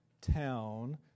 town